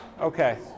Okay